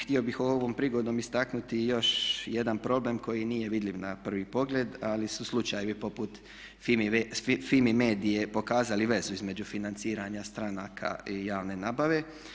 Htio bih ovom prigodom istaknuti još jedan problem koji nije vidljiv na prvi pogled, ali su slučajevi poput FIMI MEDIA-e pokazali vezu između financiranja stranaka i javne nabave.